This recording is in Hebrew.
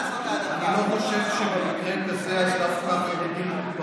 אנחנו מדברים על מצב שיש שני מועמדים שהם שווים באיכותם המקצועית,